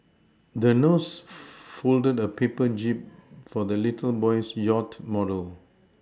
the nurse folded a paper jib for the little boy's yacht model